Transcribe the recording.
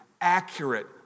accurate